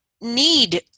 need